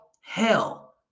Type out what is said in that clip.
hell